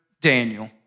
Daniel